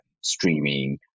streaming